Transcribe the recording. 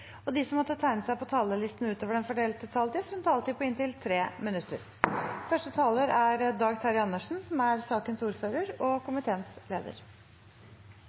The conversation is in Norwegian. og de som måtte tegne seg på talerlisten utover den fordelte taletid, får en taletid på inntil 3 minutter. Stortinget skal i dag